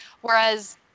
whereas